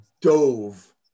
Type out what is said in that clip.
dove